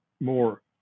more